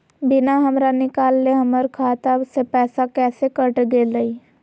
बिना हमरा निकालले, हमर खाता से पैसा कैसे कट गेलई?